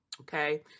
okay